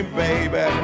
baby